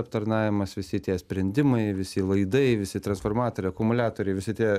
aptarnavimas visi tie sprendimai visi laidai visi transformatoriai akumuliatoriai visi tie